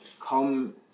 come